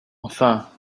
enfin